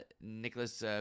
Nicholas